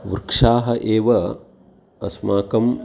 वृक्षाः एव अस्माकं